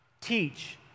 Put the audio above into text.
teach